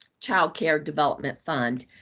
child care development fund.